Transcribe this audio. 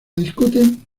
discuten